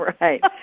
Right